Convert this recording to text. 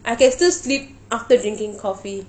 I can still sleep after drinking coffee